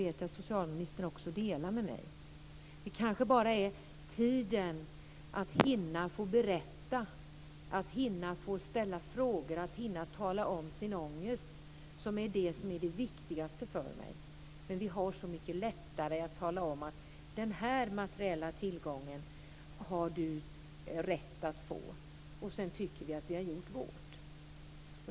Jag vet att socialministern delar den uppfattningen med mig. Det kanske bara är tiden att hinna få berätta, att hinna få ställa frågor, att hinna tala om sin ångest som är det viktigaste. Men vi har så mycket lättare att tala om att man har rätt att få en materiell tillgång, och sedan tycker vi att vi har gjort vårt.